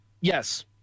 Yes